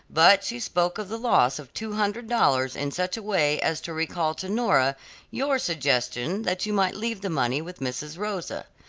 but she spoke of the loss of two hundred dollars in such a way as to recall to nora your suggestion that you might leave the money with mrs. rosa.